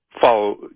follow